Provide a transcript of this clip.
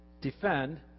Defend